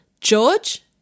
George